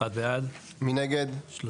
הצבעה בעד, 1 נגד, 3